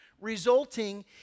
resulting